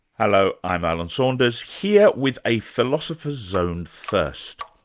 hello, i'm alan saunders, here with a philosopher's zone first.